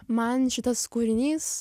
man šitas kūrinys